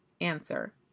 Answer